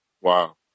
Wow